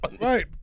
Right